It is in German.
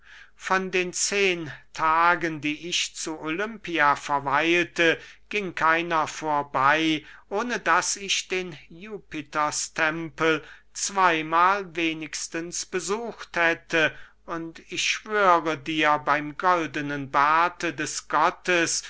von den zehen tagen die ich zu olympia verweilte ging keiner vorbey ohne daß ich den jupiterstempel zweymahl wenigstens besucht hätte und ich schwöre dir beym goldnen barte des gottes